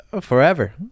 forever